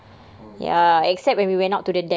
oh tu juga